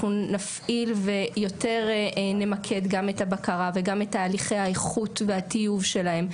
אנחנו נפעיל ויותר נמקד גם את הבקרה וגם את תהליכי האיכות והטיוב שלהם.